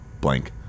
blank